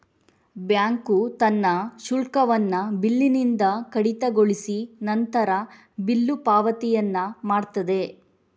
bank ತನ್ನ ಶುಲ್ಕವನ್ನ ಬಿಲ್ಲಿನಿಂದ ಕಡಿತಗೊಳಿಸಿ ನಂತರ ಬಿಲ್ಲು ಪಾವತಿಯನ್ನ ಮಾಡ್ತದೆ